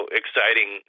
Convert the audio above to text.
exciting